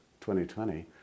2020